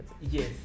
Yes